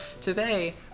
Today